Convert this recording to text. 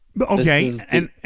Okay